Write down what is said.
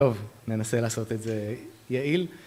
‫טוב, ננסה לעשות את זה יעיל.